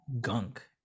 gunk